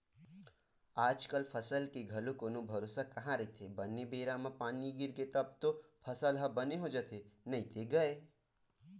आजकल फसल के घलो कोनो भरोसा कहाँ रहिथे बने बेरा म पानी गिरगे तब तो फसल ह बने हो जाथे नइते गय